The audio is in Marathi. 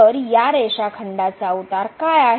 तर या रेषाखंडाचा उतार काय आहे